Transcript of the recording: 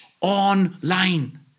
online